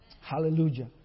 Hallelujah